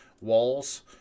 walls